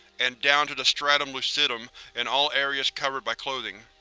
and down to the stratum lucidum in all areas covered by clothing.